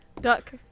Duck